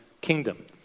kingdom